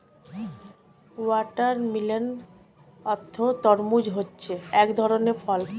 watermelon অর্থাৎ তরমুজ হচ্ছে এক ধরনের ফল